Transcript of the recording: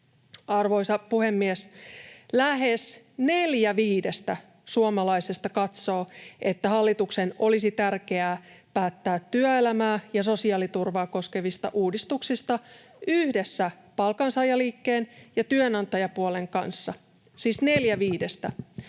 Arvoisa puhemies! Lähes neljä viidestä suomalaisesta katsoo, että hallituksen olisi tärkeää päättää työelämää ja sosiaaliturvaa koskevista uudistuksista yhdessä palkansaajaliikkeen ja työnantajapuolen kanssa, siis neljä viidestä.